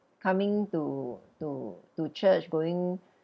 coming to to to church going